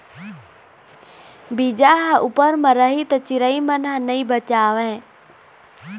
बीजा ह उप्पर म रही त चिरई मन ह नइ बचावय